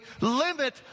limit